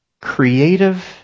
creative